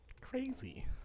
Crazy